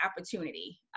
opportunity